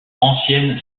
ancienne